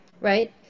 right